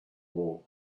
war